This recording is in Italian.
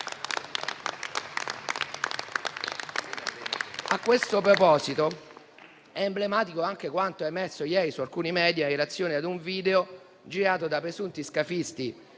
A questo proposito, è emblematico anche quanto emerso ieri su alcuni *media*, in relazione a un video girato da presunti scafisti,